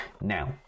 Now